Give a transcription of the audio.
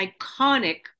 iconic